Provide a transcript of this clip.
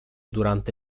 durante